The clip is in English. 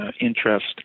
interest